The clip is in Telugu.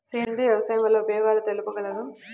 సేంద్రియ వ్యవసాయం వల్ల ఉపయోగాలు తెలుపగలరు?